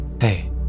Hey